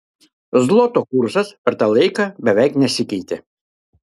zloto kursas per tą laiką beveik nesikeitė